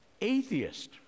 atheist